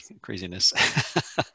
craziness